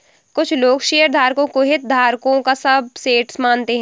कुछ लोग शेयरधारकों को हितधारकों का सबसेट मानते हैं